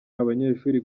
abanyeshuri